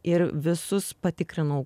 ir visus patikrinau